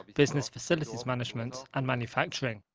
business facilities management, and manufacturing.